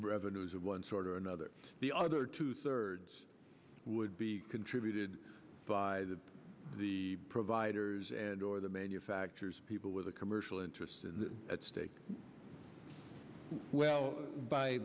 revenues of one sort or another the other two thirds would be contributed by the providers and or the manufacturers people with the commercial interests at stake well by